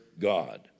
God